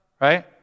right